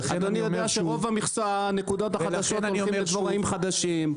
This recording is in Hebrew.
אדוני יודע שרוב הנקודות החדשות הולכים לדבוראים חדשים.